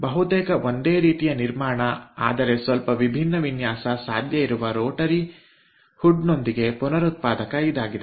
ಬಹುತೇಕ ಒಂದೇ ರೀತಿಯ ನಿರ್ಮಾಣ ಆದರೆ ಸ್ವಲ್ಪ ವಿಭಿನ್ನ ವಿನ್ಯಾಸ ಸಾಧ್ಯ ಇರುವ ರೋಟರಿ ಹುಡ್ನೊಂದಿಗಿನ ಪುನರುತ್ಪಾದಕ ಇದಾಗಿದೆ